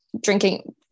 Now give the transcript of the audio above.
drinking